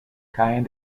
caen